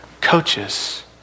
Coaches